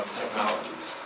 technologies